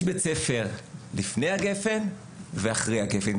יש את בית הספר לפני הגפ"ן ואחרי הגפ"ן.